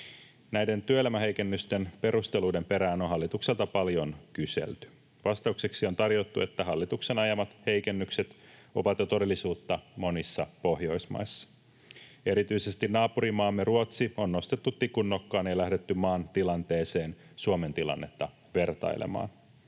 Näiden työelämäheikennysten perusteluiden perään on hallitukselta paljon kyselty. Vastaukseksi on tarjottu, että hallituksen ajamat heikennykset ovat jo todellisuutta monissa Pohjoismaissa. Erityisesti naapurimaamme Ruotsi on nostettu tikun nokkaan ja lähdetty maan tilanteeseen Suomen tilannetta vertailemaan.